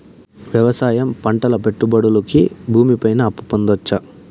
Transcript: వ్యవసాయం పంటల పెట్టుబడులు కి భూమి పైన అప్పు పొందొచ్చా?